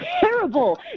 terrible